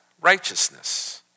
righteousness